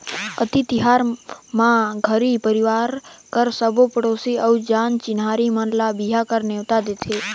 अक्ती तिहार म घरी परवार कर सबो पड़ोसी अउ जान चिन्हारी मन ल बिहा कर नेवता देथे